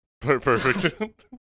Perfect